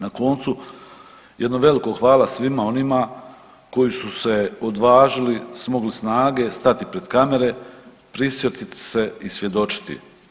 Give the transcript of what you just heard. Na koncu jedno veliko hvala svima onima koji su se odvažili, smogli snage stati pred kamere, prisjetit se i svjedočiti.